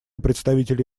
представителя